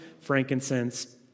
frankincense